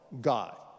God